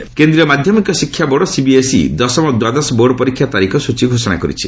CBSE କେନ୍ଦ୍ରୀୟ ମାଧ୍ୟମିକ ଶିକ୍ଷା ବୋର୍ଡ ସିବିଏସ୍ଇ ଦଶମ ଓ ଦ୍ୱାଦଶ ବୋର୍ଡ ପରୀକ୍ଷା ତାରିଖ ସ୍ୱଚୀ ଘୋଷଣା କରିଛି